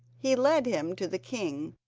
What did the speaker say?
he led him to the king,